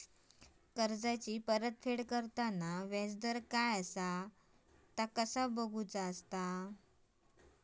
कर्जाचा फेड करताना याजदर काय असा ता कसा बगायचा?